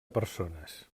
persones